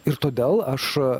ir todėl aš